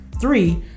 Three